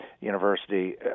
university